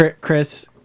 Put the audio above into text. chris